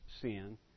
sin